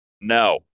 No